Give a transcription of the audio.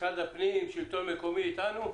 משרד הפנים או השלטון המקומי אתנו?